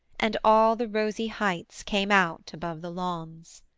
and all the rosy heights came out above the lawns.